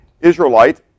Israelite